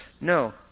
no